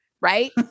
Right